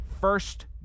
First